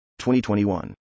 2021